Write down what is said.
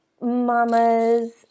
mamas